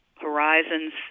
Horizons